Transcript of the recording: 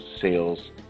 sales